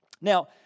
Now